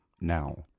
now